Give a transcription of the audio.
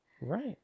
Right